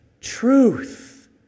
truth